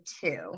two